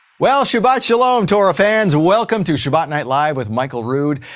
well, shabbat shalom torah fans! welcome to shabbat night live with michael rood.